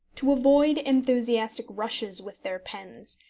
to avoid enthusiastic rushes with their pens,